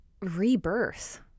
rebirth